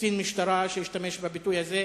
קצין משטרה שהשתמש בביטוי הזה,